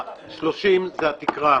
30 זה התקרה,